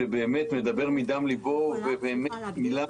שבאמת מדבר לבו ובאמת מילה,